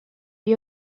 lui